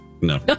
No